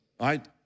right